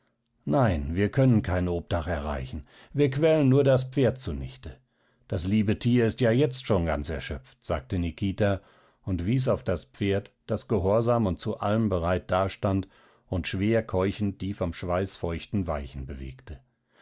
nein wir können kein obdach erreichen wir quälen nur das pferd zunichte das liebe tier ist ja schon jetzt ganz erschöpft sagte nikita und wies auf das pferd das gehorsam und zu allem bereit dastand und schwer keuchend die von schweiß feuchten weichen bewegte